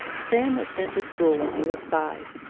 sam was sent to school when he was five.